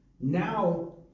now